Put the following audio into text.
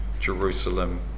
Jerusalem